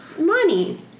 money